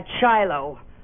Shiloh